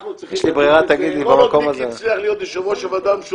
אנחנו צריכים לדון בזה -- שכחתי נו.